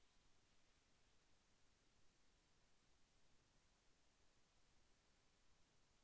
LRG four one కంది రకం ఏ సీజన్లో వేస్తె అధిక దిగుబడి వస్తుంది?